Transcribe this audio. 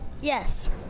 Yes